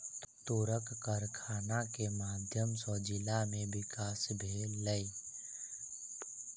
तूरक कारखाना के माध्यम सॅ जिला में विकास भेलै